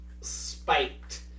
Spiked